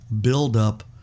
buildup